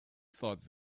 thought